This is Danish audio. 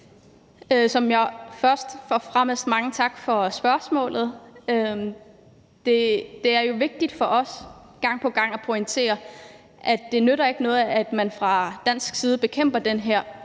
vil jeg sige mange tak for spørgsmålet. Det er jo vigtigt for os gang på gang at pointere, at det ikke nytter noget, at man fra dansk side bekæmper det her,